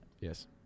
Yes